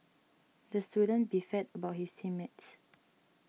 the student beefed about his team mates